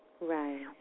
Right